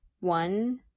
one